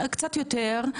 קצת יותר,